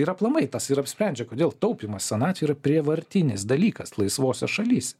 ir aplamai tas ir apsprendžia kodėl taupymas senatvėj yra prievartinis dalykas laisvose šalyse